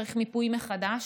צריך מיפוי מחדש,